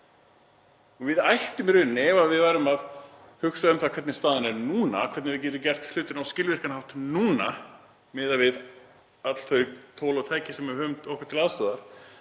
Við ættum í rauninni, ef við værum að hugsa um það hvernig staðan er núna og hvernig við getum gert hlutina á skilvirkan hátt núna miðað við öll þau tól og tæki sem við höfum okkur til aðstoðar,